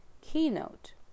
Keynote